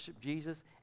Jesus